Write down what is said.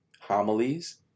homilies